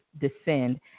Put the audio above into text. descend